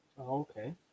Okay